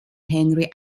henry